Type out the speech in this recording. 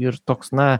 ir toks na